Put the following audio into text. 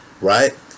right